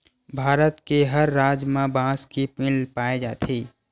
भारत के हर राज म बांस के पेड़ पाए जाथे